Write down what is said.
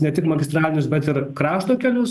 ne tik magistralinius bet ir krašto kelius